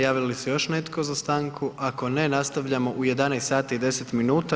Javlja li se još netko za stanku, ako ne nastavljamo u 11 sati i 10 minuta.